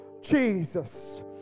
Jesus